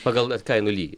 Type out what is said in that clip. pagal kainų lygį